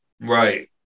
Right